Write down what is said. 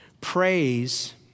Praise